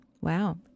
Wow